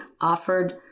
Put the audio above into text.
offered